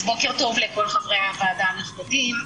אז בוקר טוב לכל חברי הוועדה הנכבדים.